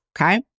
okay